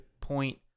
point